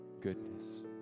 goodness